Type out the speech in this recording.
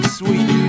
sweet